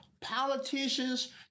Politicians